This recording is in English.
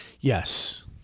yes